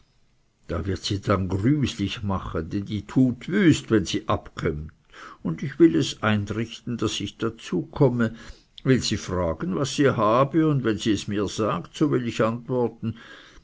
da wird sie dann grüslich mache denn die tut wüst wenn sie abkömmt und ich will es einrichten daß ich dazu komme will sie fragen was sie habe und wenn sie es mir sagt so will ich antworten